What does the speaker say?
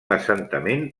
assentament